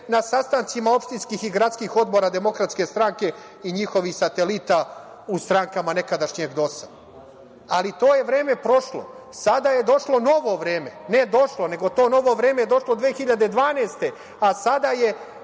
na sastancima opštinskih i gradskih odbora DS i njihovih satelita u strankama nekadašnjeg DOS-a. To je vreme prošlo, sada je došlo novo vreme, ne došlo, nego to novo vreme je došlo 2012. godine